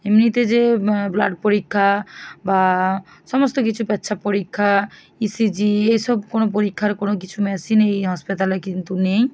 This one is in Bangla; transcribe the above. এমনিতে যে ব্লাড পরীক্ষা বা সমস্ত কিছু পেচ্ছাপ পরীক্ষা ইসিজি এসব কোনো পরীক্ষার কোনো কিছু মেশিন এই হাসপাতালে কিন্তু নেই